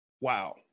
Wow